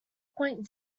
point